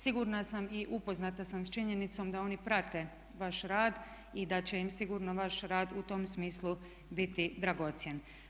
Sigurna sam i upoznata sam s činjenicom da oni prate vaš rad i da će im sigurno vaš rad u tom smislu biti dragocjen.